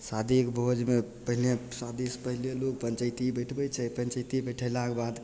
शादीके भोजमे पहिले शादीसे पहिले लोक पञ्चैती बैठबै छै पञ्चैती बैठेलाके बाद